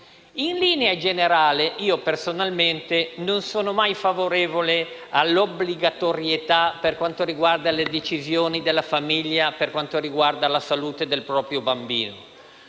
In linea generale, personalmente non sono mai favorevole all'obbligatorietà per quanto riguarda le decisioni sulla famiglia o la salute del proprio bambino.